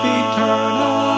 eternal